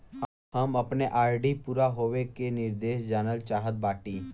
हम अपने आर.डी पूरा होवे के निर्देश जानल चाहत बाटी